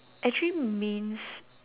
actually means